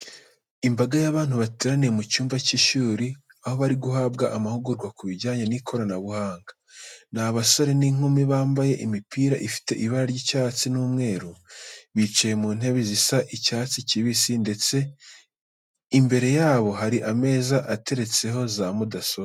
Imbaga y'abantu bateraniye mu cyumba cy'ishuri, aho bari guhabwa amahugurwa ku bijyanye n'ikoranabuhanga. Ni abasore n'inkumi bambaye imipira ifite ibara ry'icyatsi n'umweru. Bicaye mu ntebe zisa icyatsi kibisi ndetse imbere yabo hari ameza ateretseho za mudasobwa.